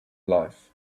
life